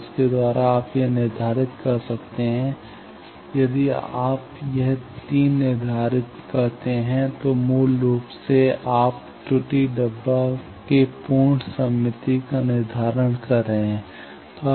तो इसके द्वारा आप यह निर्धारित कर सकते हैं यदि आप यह 3 निर्धारित करते हैं तो मूल रूप से आप त्रुटि डब्बा के पूर्ण सममिति का निर्धारण कर रहे हैं